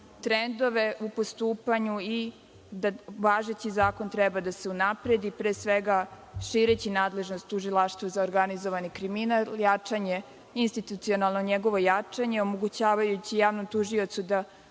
trendove u postupanju i da važeći zakon treba da se unapredi, pre svega, šireći nadležnost Tužilaštva za organizovani kriminal, institucionalno njegovo jačanje, omogućavajući javnom tužiocu da